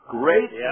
great